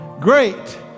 Great